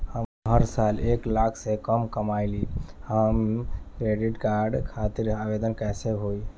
हम हर साल एक लाख से कम कमाली हम क्रेडिट कार्ड खातिर आवेदन कैसे होइ?